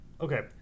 okay